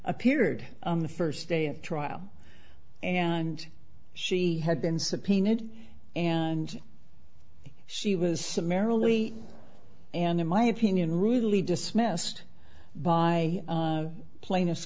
appeared on the first day of trial and she had been subpoenaed and she was summarily and in my opinion rudely dismissed by plaintiff